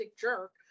jerk